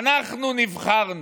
אנחנו נבחרנו.